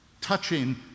touching